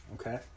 Okay